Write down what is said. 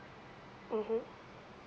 mmhmm